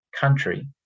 country